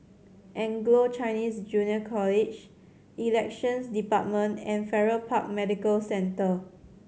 Anglo Chinese Junior College Elections Department and Farrer Park Medical Centre